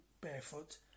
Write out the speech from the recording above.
barefoot